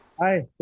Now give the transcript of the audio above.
Hi